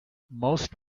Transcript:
most